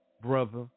brother